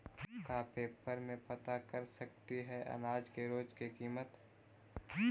का पेपर में से पता कर सकती है अनाज के रोज के किमत?